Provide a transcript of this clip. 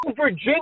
Virginia